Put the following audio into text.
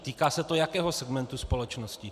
Týká se to jakého segmentu společnosti?